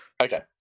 Okay